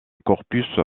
corpus